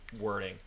wording